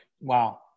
Wow